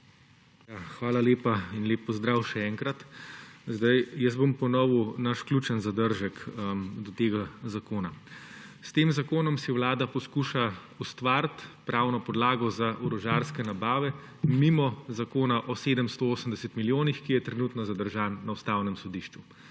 Hvala lepa. En lep pozdrav še enkrat! Jaz bom ponovil naš ključni zadržek do tega zakona. S tem zakonom si vlada poskuša ustvariti pravno podlago za orožarske nabave mimo zakona o 780 milijonih, ki je trenutno zadržan na Ustavnem sodišču.